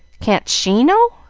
can't she know?